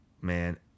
man